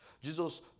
Jesus